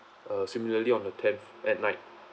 uh similarly on the tenth at night